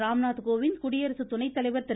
ராம்நாத் கோவிந்த் குடியரசு துணை தலைவர் திரு